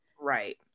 Right